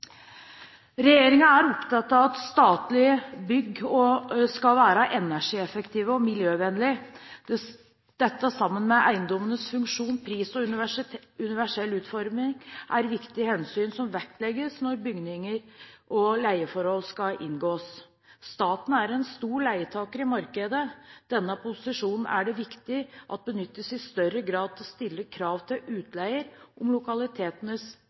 er opptatt av at statlige bygg skal være energieffektive og miljøvennlige. Dette, sammen med eiendommenes funksjon, pris og universell utforming er viktige hensyn som vektlegges ved bygging og ved inngåelse av leieforhold. Staten er en stor leietaker i markedet. Det er viktig i større grad å benytte den posisjonen til å stille krav til utleier om